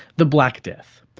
the black death.